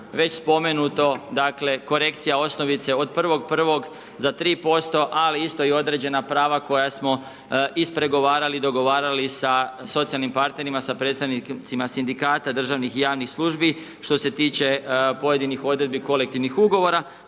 već spomenuto, dakle, korekcija osnovice od 1.1. za 3% a isto i određena prava, koja smo ispregovarali, dogovarali sa socijalnim partnerima, sa predstavnicima sindikata, državnih i javnih službi što se tiče pojedinih odredbi kolektivnih ugovora,